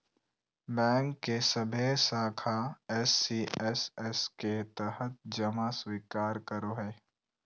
bank के सभे शाखा एस.सी.एस.एस के तहत जमा स्वीकार करो हइ